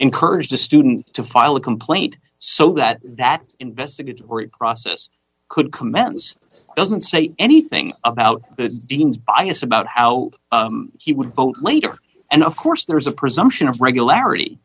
encouraged the student to file a complaint so that that investigatory process could commence doesn't say any thing about the dean's bias about how he would vote later and of course there is a presumption of regularity